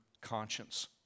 conscience